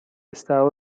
estado